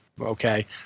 okay